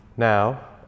Now